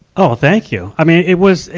oh, thank you. i mean, it was,